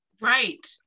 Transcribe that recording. right